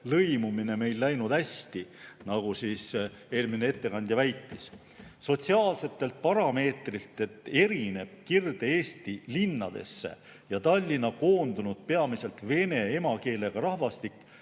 lõimumine läinud hästi, nagu eelmine ettekandja väitis. Sotsiaalsetelt parameetritelt erineb Kirde-Eesti linnadesse ja Tallinna koondunud peamiselt vene emakeelega rahvastik